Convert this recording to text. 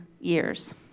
years